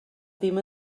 ddim